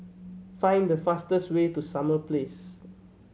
find the fastest way to Summer Place